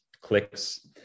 clicks